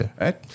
right